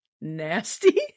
nasty